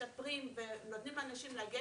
המשפחות של ישראלים זה בעדיפות הראשונה שלנו.